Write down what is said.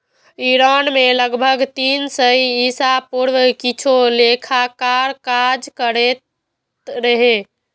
Iran मे लगभग तीन सय ईसा पूर्व किछु लेखाकार काज करैत रहै